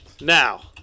Now